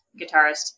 guitarist